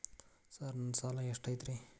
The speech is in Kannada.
ಸರ್ ನನ್ನ ಸಾಲಾ ಎಷ್ಟು ಐತ್ರಿ?